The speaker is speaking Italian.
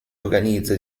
organizza